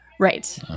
Right